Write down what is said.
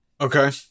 Okay